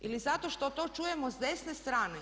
Ili zato što to čujemo s desne strane?